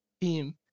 team